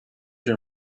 your